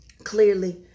Clearly